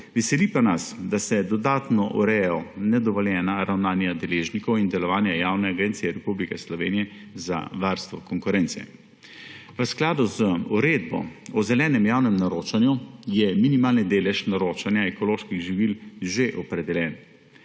Veseli pa nas, da se dodatno urejajo nedovoljena ravnanja deležnikov in delovanja Javne agencije Republike Slovenije za varstvo konkurence. V skladu z Uredbo o zelenem javnem naročanju je minimalni delež naročanja ekoloških živil že opredeljen.